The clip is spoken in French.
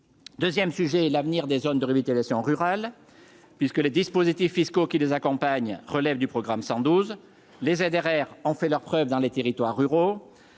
2ème sujet et l'avenir des zones de révélations rural puisque les dispositifs fiscaux qui les accompagne, relève du programme 112 les ZRR ont fait leurs preuves dans les territoires ruraux